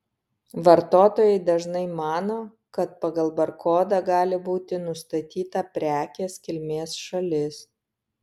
vartotojai dažnai mano kad pagal barkodą gali būti nustatyta prekės kilmės šalis